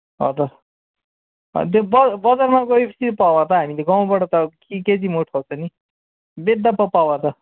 हजुर अनि त्यो ब बजारमा गए पछि पावा त हामीले गाउँबाट त केजीमा उठाउँछौँ नि बेच्दा पो पावा त